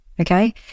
okay